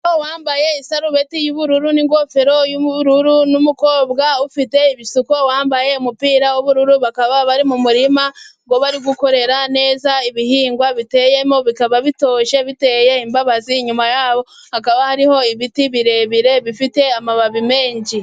Umuhungu wambaye isarubeti y'ubururu n'ingofero yu'bururu n'umukobwa ufite ibisuko wambaye umupira w'ubururu, bakaba bari mu murima bari kuwukorera neza. Ibihingwa biteye bikaba bitoshye biteye imbabazi. Inyuma hakaba hari ibiti birebire bifite amababi menshi.